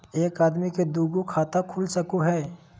एक आदमी के दू गो खाता खुल सको है?